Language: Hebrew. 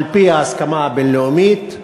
על-פי ההסכמה הבין-לאומית,